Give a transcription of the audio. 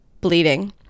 bleeding